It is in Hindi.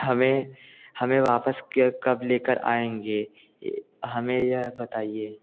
हमें हमें वापस कब लेकर आएंगे हमें यह बताइए